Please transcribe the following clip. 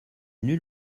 nul